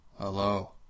Hello